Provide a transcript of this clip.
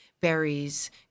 berries